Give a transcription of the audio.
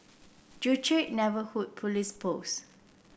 Joo Chiat Neighbourhood Police Post